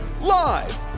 Live